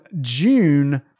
June